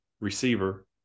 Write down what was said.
receiver